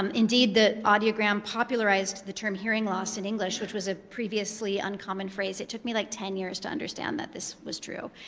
um indeed, the audiogram popularized the term hearing loss in english, which was a previously uncommon phrase. it took me like ten years to understand that this was true,